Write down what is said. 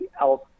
else